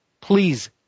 please